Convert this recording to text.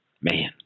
man